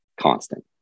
constant